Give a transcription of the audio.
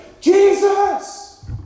Jesus